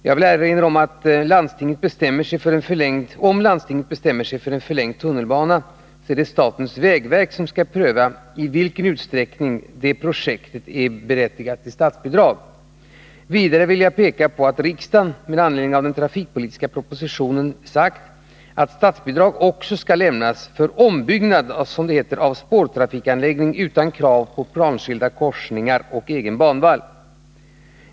Jag vill erinra om att om landstinget bestämmer sig för en förlängd tunnelbana åligger det statens vägverk att pröva i vilken utsträckning som tunnelbaneprojektet är statsbidragsberättigat. Vidare vill jag peka på att riksdagen med anledning av den trafikpolitiska propositionen uttalat att statsbidrag även skall lämnas för ombyggnad av spårtrafikanläggningar utan krav på planskilda korsningar och egen banvall.